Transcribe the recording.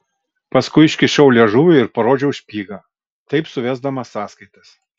paskui iškišau liežuvį ir parodžiau špygą taip suvesdamas sąskaitas